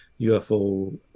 UFO